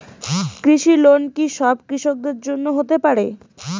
কৃষি লোন কি সব কৃষকদের জন্য হতে পারে?